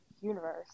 universe